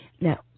Now